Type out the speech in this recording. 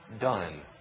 done